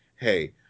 hey